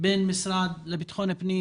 בין המשרד לביטחון הפנים,